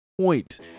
point